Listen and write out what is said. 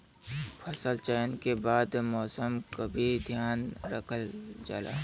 फसल चयन के बाद मौसम क भी ध्यान रखल जाला